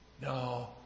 No